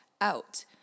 out